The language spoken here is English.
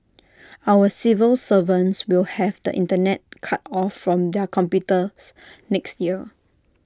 our civil servants will have the Internet cut off from their computers next year